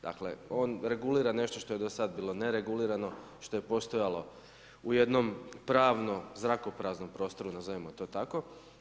Dakle, on regulira nešto što je do sad bilo neregulirano, što je postojalo u jednom pravnom zrakopraznom prostoru nazovimo to tako.